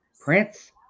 Prince